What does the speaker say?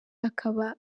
akaba